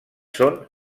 són